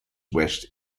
west